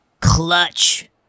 clutch